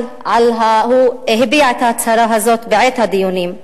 והוא הביע את ההצהרה הזאת בעת הדיונים.